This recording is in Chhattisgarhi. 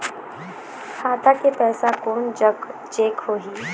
खाता के पैसा कोन जग चेक होही?